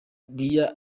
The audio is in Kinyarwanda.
biya